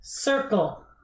Circle